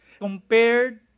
Compared